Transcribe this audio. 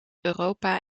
europa